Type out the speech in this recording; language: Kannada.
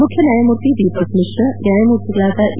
ಮುಖ್ಯ ನ್ವಾಯಮೂರ್ತಿ ದೀಪಕ್ ಮಿಶ್ರಾ ನ್ವಾಯಮೂರ್ತಿಗಳಾದ ಎ